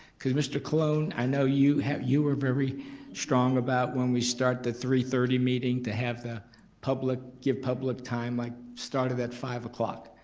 cause mr. cologne i know you have, you were very strong about when we start the three thirty meeting to have the public, give public time like start of that five